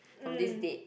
from this date